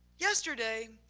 yesterday,